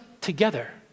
together